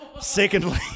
Secondly